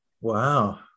Wow